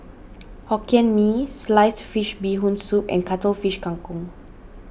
Hokkien Mee Sliced Fish Bee Hoon Soup and Cuttlefish Kang Kong